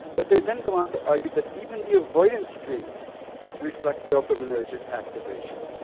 but they then go on to argue that even the avoidance dreams reflect dopaminergic activation,